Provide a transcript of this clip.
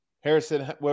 Harrison